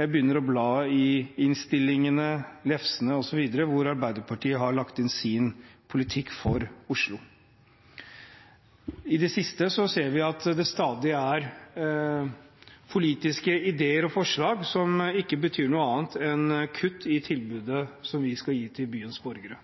jeg begynner å bla i innstillingene, lefsene osv., hvor Arbeiderpartiet har lagt inn sin politikk for Oslo. I det siste har vi sett at det stadig er politiske ideer og forslag som ikke betyr noe annet enn kutt i tilbudet som vi skal gi til byens borgere.